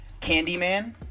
Candyman